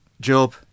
Job